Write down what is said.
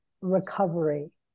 recovery